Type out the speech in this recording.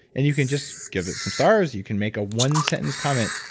and you can just give it some stars, you can make a one sentence comment,